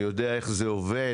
אני יודע איך זה עובד.